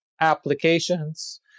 applications